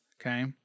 Okay